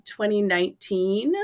2019